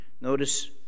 Notice